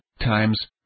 times